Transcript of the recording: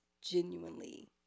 genuinely